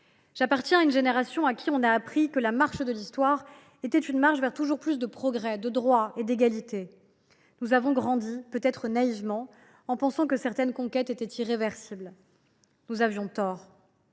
J’appartiens à une génération à qui l’on a appris que la marche de l’Histoire était une marche vers toujours plus de progrès, de droits et d’égalité. Nous avons grandi, peut être naïvement, en pensant que certaines conquêtes étaient irréversibles. Nous avions tort.